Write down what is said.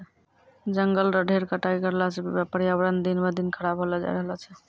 जंगल रो ढेर कटाई करला सॅ पर्यावरण दिन ब दिन खराब होलो जाय रहलो छै